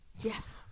Yes